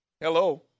Hello